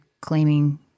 claiming